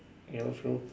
yellow shoe